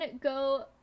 go